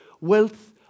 wealth